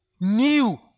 new